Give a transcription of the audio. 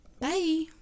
Bye